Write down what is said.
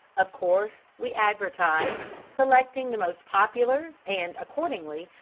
of course, we advertised, selecting the most popular and, accordingly,